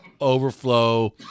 overflow